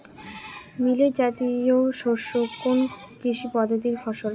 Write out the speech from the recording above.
Millet জাতীয় শস্য কোন কৃষি পদ্ধতির ফসল?